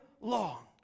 long